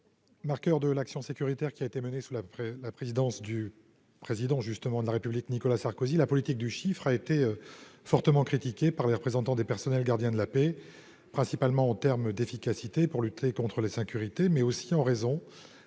marqueurs de l'action sécuritaire qui a été menée sous la la présidence du président justement de la République, Nicolas Sarkozy, la politique du chiffre a été fortement critiquée par les représentants des personnels, gardien de la paix principalement en terme d'efficacité pour lutter contres les sécurités mais aussi en raison